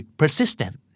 persistent